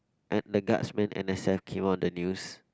and the guards went N_S_F came out the news